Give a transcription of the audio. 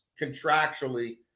contractually